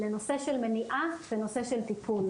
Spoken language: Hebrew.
לנושא של מניעה ונושא של טיפול,